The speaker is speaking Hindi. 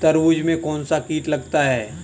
तरबूज में कौनसा कीट लगता है?